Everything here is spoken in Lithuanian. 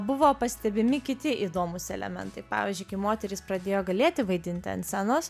buvo pastebimi kiti įdomūs elementai pavyzdžiui kai moterys pradėjo galėti vaidinti ant scenos